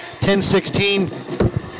1016